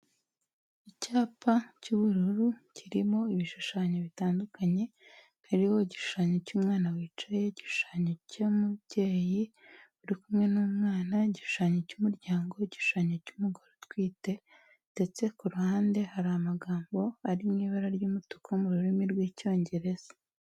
Icyapa cy'ubururu kirimo ibishushanyo bitandukanye, hariho igishushanyo cy'umwana wicaye, igishushanyo cy'umubyeyi uri kumwe n'umwana, igishushanyo cy'umuryango, igishushanyo cy'umugore utwite ndetse ku ruhande hari amagambo ari mu ibara ry'umutuku mu rurimi rw'Icyongereza.